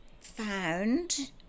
found